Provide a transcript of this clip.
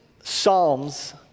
psalms